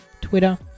Twitter